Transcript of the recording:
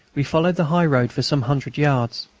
we followed the high-road for some hundred yards.